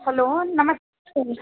hello नमस्ते